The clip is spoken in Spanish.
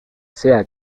sea